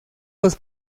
los